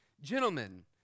gentlemen